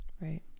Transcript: Right